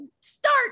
start